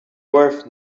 worth